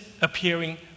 appearing